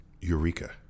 Eureka